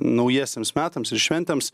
naujiesiems metams ir šventėms